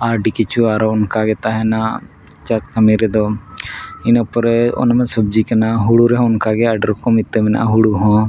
ᱟᱹᱰᱤ ᱠᱤᱪᱷᱩ ᱟᱨᱚ ᱚᱱᱠᱟᱜᱮ ᱛᱟᱦᱮᱱᱟ ᱪᱟᱥ ᱠᱟᱹᱢᱤ ᱨᱮᱫᱚ ᱤᱱᱟᱹ ᱯᱚᱨᱮ ᱚᱱᱟ ᱢᱟ ᱥᱚᱵᱽᱡᱤ ᱠᱟᱱᱟ ᱦᱳᱲᱳ ᱨᱮᱦᱚᱸ ᱚᱱᱠᱟᱜᱮ ᱟᱹᱰᱤ ᱨᱚᱠᱚᱢ ᱤᱛᱟᱹ ᱢᱮᱱᱟᱜᱼᱟ ᱦᱳᱲᱳ ᱦᱚᱸ